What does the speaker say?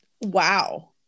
wow